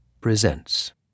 presents